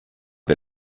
wir